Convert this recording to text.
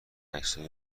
عکسای